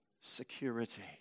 security